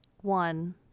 One